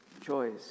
choice